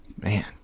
man